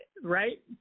Right